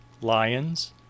lions